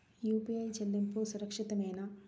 UPI చెల్లింపు సురక్షితమేనా?